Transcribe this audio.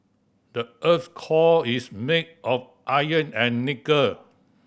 the earth's core is made of iron and nickel